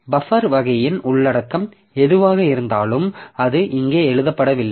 இந்த பஃபேர் வகையின் உள்ளடக்கம் எதுவாக இருந்தாலும் அது இங்கே எழுதப்படவில்லை